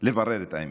לברר את האמת.